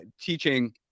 teaching